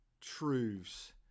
truths